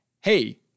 Hey